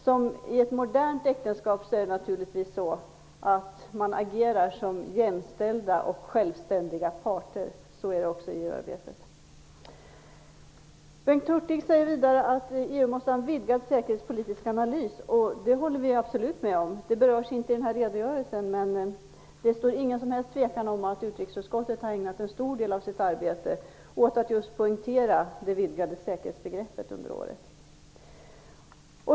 Som i ett modernt äktenskap är det naturligtvis så att man agerar som jämställda och självständiga parter. Så är det också i Bengt Hurtig säger vidare att EU måste göra en vidgad säkerhetspolitisk analys, och det håller jag absolut med om. Det berörs inte i redogörelsen, men det finns ingen som helst tvekan om att utrikesutskottet under året har ägnat en stor del av sitt arbete åt att just poängtera det vidgade säkerhetsbegreppet.